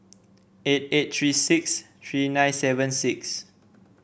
eight eight three six three nine seven six